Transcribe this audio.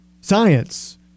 science